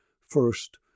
First